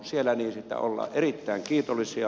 siellä niistä ollaan erittäin kiitollisia